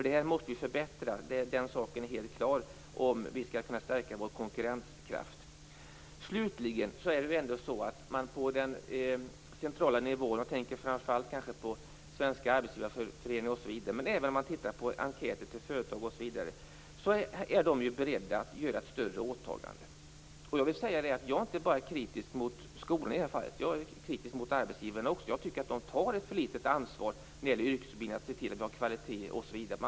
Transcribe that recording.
Detta måste förbättras om vi skall kunna stärka vår konkurrenskraft. Den saken är helt klar. Slutligen är det ju så att man på den centrala nivån, jag tänker framför allt på Svenska Arbetsgivareföreningen, är beredda att göra ett större åtagande. Det framgår även av enkäter till företag. Jag är inte bara kritisk mot skolan i det här fallet. Jag är kritisk mot arbetsgivarna också. Jag tycker att de tar ett för litet ansvar när det gäller att se till att vi har kvalitet i yrkesutbildningarna.